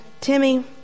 Timmy